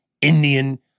Indian